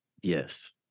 yes